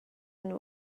and